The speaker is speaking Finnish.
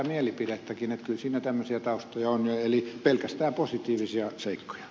kyllä siinä tämmöisiä taustoja jo on eli pelkästään positiivisia seikkoja